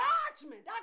Judgment